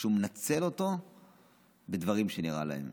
כשהוא מנצל אותו בדברים שנראה להם.